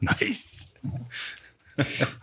Nice